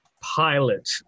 pilot